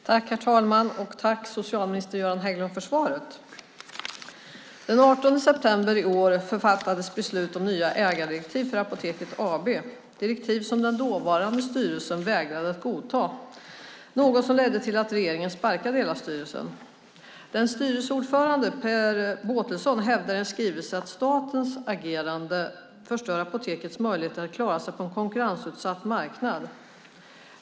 Herr talman! Tack, socialminister Göran Hägglund, för svaret! Den 18 september i år fattades beslut om nya ägardirektiv för Apoteket AB. Det var direktiv som den dåvarande styrelsen vägrade att godta. Det ledde till att regeringen sparkade hela styrelsen. Styrelseordförande Per Båtelson hävdar i en skrivelse att statens agerande förstör Apotekets möjligheter att klara sig på en konkurrensutsatt marknad.